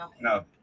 no